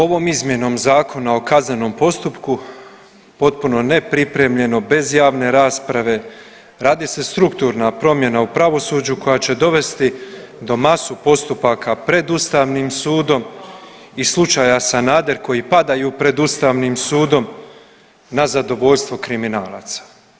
Ovom izmjenom Zakona o kaznenom postupku potpuno nepripremljeno, bez javne rasprave radi se strukturna promjena u pravosuđu koja će dovesti do masu postupaka pred ustavnim sudom i slučaja Sanader koji padaju pred ustavnim sudom na zadovoljstvo kriminalaca.